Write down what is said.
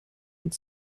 und